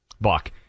Buck